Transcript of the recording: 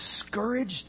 discouraged